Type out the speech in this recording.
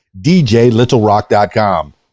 DJLittleRock.com